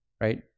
Right